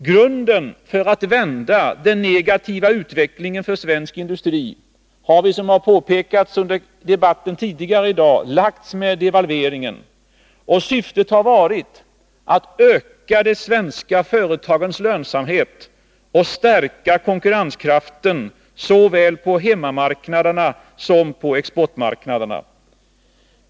Grunden för att vända den negativa utvecklingen för svensk industri har vi —såsom har påpekats under debatten tidigare i dag — lagt med devalveringen. Syftet har varit att öka de svenska företagens lönsamhet och stärka konkurrenskraften såväl på hemmamarknaden som på exportmarknaderna.